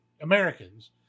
Americans